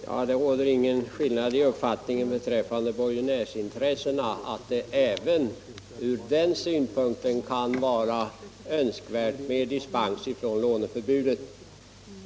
Vissa aktiebolags Herr talman! Vi har inga delade meningar om att det även när det — frågor gäller borgenärsintressena kan vara önskvärt med dispens från låneförbudet.